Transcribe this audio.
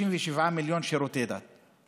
57 מיליון לשירותי דת.